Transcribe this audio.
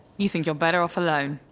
you think you're better off alone.